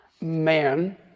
Man